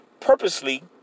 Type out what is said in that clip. purposely